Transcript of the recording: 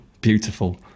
beautiful